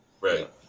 Right